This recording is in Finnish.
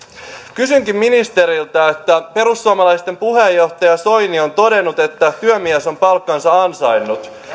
kysynkin ministeriltä kun perussuomalaisten puheenjohtaja soini on todennut että työmies on palkkansa ansainnut